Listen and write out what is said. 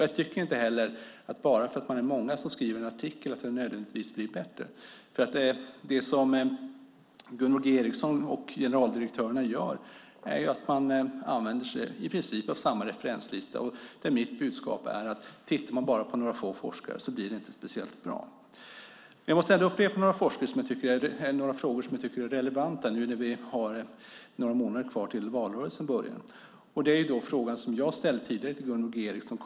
Jag tycker inte heller att det nödvändigtvis blir bättre bara för att man är många som skriver en artikel. Gunvor G Ericson och generaldirektörerna använder sig i princip av samma referenslista. Mitt budskap är att tittar man bara på några få forskare blir det inte speciellt bra. Jag måste upprepa några frågor som jag tycker är relevanta nu när vi har några månader kvar till valet. Jag ställde den här frågan tidigare till Gunvor G Ericson.